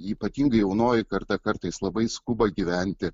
ypatingai jaunoji karta kartais labai skuba gyventi